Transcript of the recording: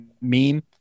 meme